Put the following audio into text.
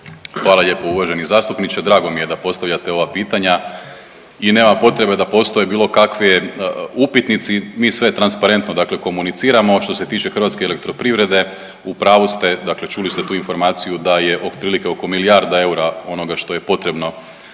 Hvala lijepo uvaženi zastupniče. Drago mi je da postavljate ova pitanja i nema potrebe da postoje bilo kakve upitnici, mi sve transparentno komuniciramo. Što se tiče HEP-a u pravu ste dakle čuli ste tu informaciju da je otprilike oko milijarda eura onoga što je potrebno